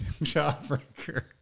Jawbreaker